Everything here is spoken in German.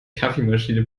kaffeemaschine